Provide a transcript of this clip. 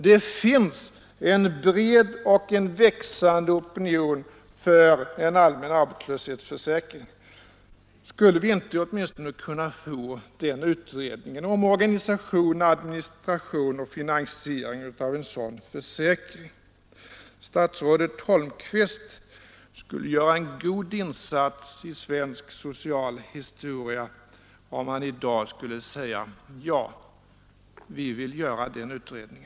Det finns en bred och en växande opinion för en allmän arbetslöshetsförsäkring. Skulle vi inte åtminstone kunna få en utredning om organisation, administration och finansiering av en sådan försäkring? Statsrådet Holmqvist skulle göra en god insats i svensk social historia om han i dag skulle säga: Ja, vi vill göra den utredningen.